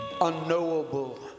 unknowable